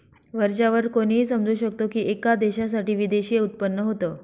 वरच्या वर कोणीही समजू शकतो की, एका देशासाठी विदेशी उत्पन्न होत